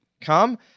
Come